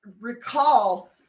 recall